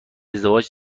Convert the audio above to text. ازدواج